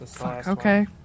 okay